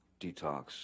detox